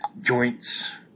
joints